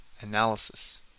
analysis